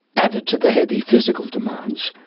added to the heavy physical demands,